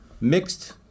mixed